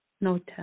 Nota